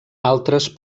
altres